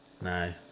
No